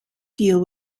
deal